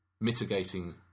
mitigating